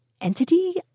entity